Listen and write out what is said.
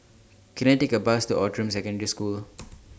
Can I Take A Bus to Outram Secondary School